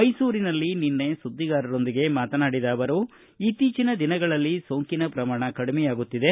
ಮೈಸೂರಿನಲ್ಲಿ ನಿನ್ನೆ ಸುದ್ದಿಗಾರರೊಂದಿಗೆ ಮಾತನಾಡಿದ ಅವರು ಇತ್ತೀಚಿನ ದಿನಗಳಲ್ಲಿ ಸೋಂಕಿನ ಪ್ರಮಾಣ ಕಡಿಮೆಯಾಗುತ್ತಿದೆ